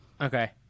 Okay